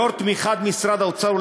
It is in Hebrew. לאור תמיכת משרד האוצר,